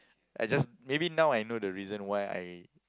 I just maybe now I know the reason why I